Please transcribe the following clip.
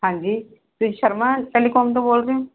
ਹਾਂਜੀ ਤੁਸੀਂ ਸ਼ਰਮਾ ਟੈਲੀਕੋਮ ਤੋਂ ਬੋਲ ਰਹੇ ਹੋ